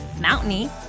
mountainy